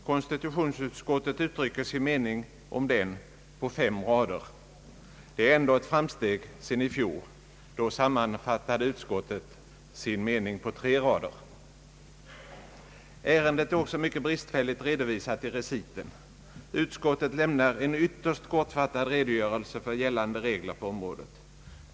Konstitutionsutskottet uttrycker sin mening om den på fem rader. Det är ändå ett framsteg sedan i fjol. Då sammanfattade utskottet sin mening på tre rader. Ärendet är också mycket bristfälligt redovisat i reciten. Utskottet lämnar en ytterst kortfattad redogörelse för gällande regler på området.